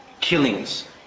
killings